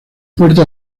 puerta